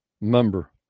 member